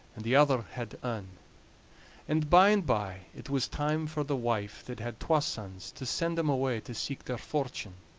and the other had ane and by-and-by it was time for the wife that had twa sons to send them away to seeke their fortune.